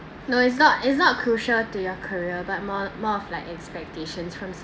no is not is not a crucial to your career but more more of like expectations from